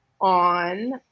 on